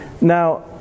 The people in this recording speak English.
Now